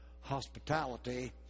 hospitality